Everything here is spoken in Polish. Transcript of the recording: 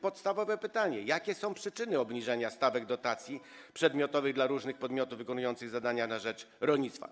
Podstawowe pytanie: Jakie są przyczyny obniżania stawek dotacji przedmiotowej dla różnych podmiotów wykonujących zadania na rzecz rolnictwa?